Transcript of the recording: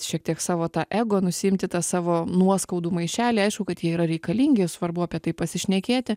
šiek tiek savo tą ego nusiimti tą savo nuoskaudų maišelį aišku kad jie yra reikalingi svarbu apie tai pasišnekėti